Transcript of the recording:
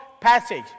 passage